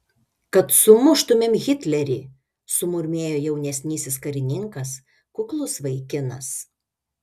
kad sumuštumėm hitlerį sumurmėjo jaunesnysis karininkas kuklus vaikinas